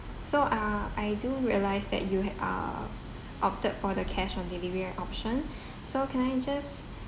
so uh I do realise that you ha~ uh opted for the cash on delivery option so can I just